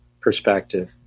perspective